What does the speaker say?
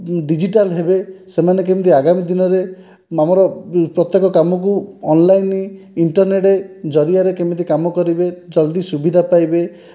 digital ହେବେ ସେମାନେ କେମିତି ଆଗମୀ ଦିନରେ ଆମର ପ୍ରତ୍ୟେକ କାମକୁ ଅନଲାଇନ ଇଣ୍ଟ୍ରରନେଟ୍ ଜରିଆରେ କେମିତି କାମ କରିବେ ଜଲ୍ଦି ସୁବିଧା ପାଇବେ